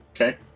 Okay